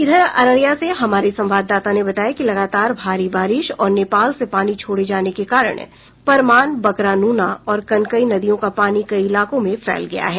इधर अररिया से हमारे संवाददाता ने बताया कि लगातार भारी बारिश और नेपाल से पानी छोड़े जाने के कारण परमान बकरा नूना और कनकई नदियों का पानी कई इलाकों में फैल गया है